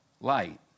light